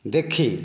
ଦେଖି